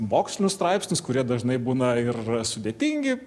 mokslinius straipsnius kurie dažnai būna ir sudėtingi